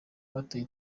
batoye